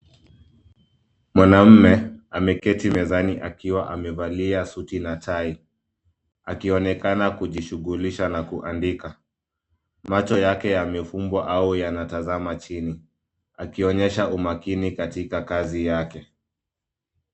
Mwanaume ameketi mezani akiwa amevalia suti na tai, akionekana kujishughulisha na kuandika. Macho yake yamefumbwa au yanatazama chini, akionyesha umakini katika kazi yake.